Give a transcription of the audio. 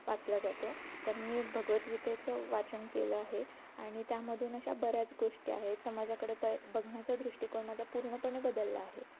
वाचला जातो तर मी भगवद्गीतेचं वाचन केलं आहे आणि त्यामधून अशा बऱ्याच गोष्टी आहेत समाजाकडे प बघण्याचा दृष्टिकोन माझा पूर्णपणे बदलला आहे